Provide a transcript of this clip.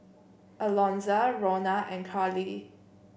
Alonza Rhona and Karli